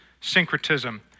syncretism